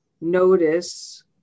notice